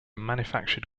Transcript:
manufactured